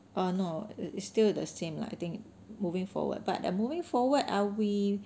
oh no it's still the same lah I think moving forward but moving forward I'll be